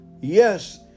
yes